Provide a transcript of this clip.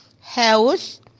house